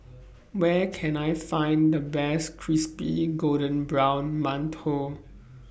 Where Can I Find The Best Crispy Golden Brown mantou